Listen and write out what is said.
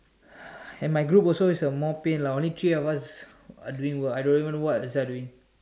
and my group also is more pain lah only three of us are doing I don't even know the others are doing